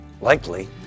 Likely